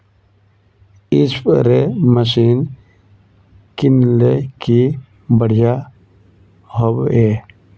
Spray machine किनले की बढ़िया होबवे?